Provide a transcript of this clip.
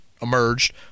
emerged